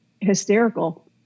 Hysterical